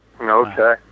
Okay